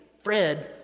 Fred